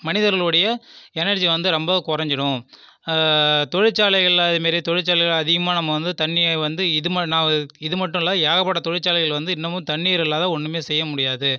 மனிதர்களுடைய எனர்ஜி வந்து ரொம்ப கொறைஞ்சுரும் தொழிற்சாலைகளில் அதே மாரி தொழிற்சாலை அதிகமாக நம்ம வந்து தண்ணியை வந்து இது இது மட்டும் இல்லை ஏகப்பட்ட தொழிற்சாலைகள் வந்து இன்னுமும் தண்ணீர் இல்லாம ஒன்றுமே செய்ய முடியாது